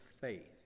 faith